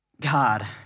God